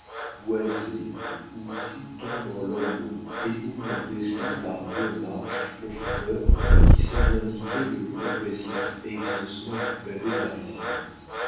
boisée où tout tombe en lambeaux et où l'on descend par deux marches profondeur qui semble indiquer le progressif exhaussement du pavé parisien